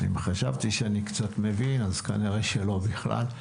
אם חשבתי שאני קצת מבין, אז כנראה לא בכלל.